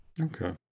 Okay